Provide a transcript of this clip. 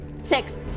Six